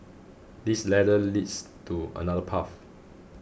this ladder leads to another path